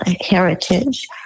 heritage